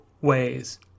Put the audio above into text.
ways